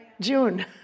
June